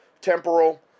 temporal